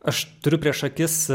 aš turiu prieš akis